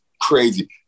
crazy